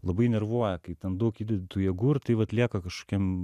labai nervuoja kai ten daug įdedi tų jėgų ir tai vat lieka kažkokiam